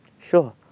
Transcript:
Sure